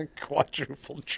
Quadruple